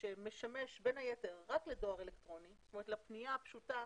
שמשמש בין היתר רק לדואר אלקטרוני, לפנייה הפשוטה,